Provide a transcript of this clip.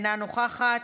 אינה נוכחת,